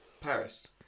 Paris